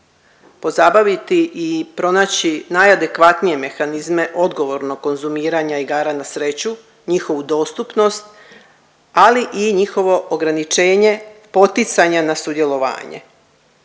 pozabaviti i pronaći najadekvatnije mehanizme odgovornog konzumiranja igara na sreću, njihovu dostupnost, ali i njihovo ograničenje poticanja na sudjelovanje.